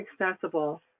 accessible